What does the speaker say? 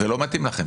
זה לא מתאים לכם.